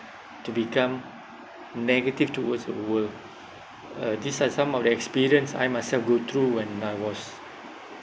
to become negative towards a world uh these are some of the experience I myself go through when I was